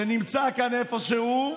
שנמצא כאן איפשהו,